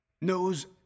knows